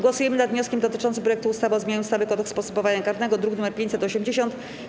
Głosujemy nad wnioskiem dotyczącym projektu ustawy o zmianie ustawy - Kodeks postępowania karnego, druk nr 580.